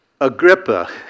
Agrippa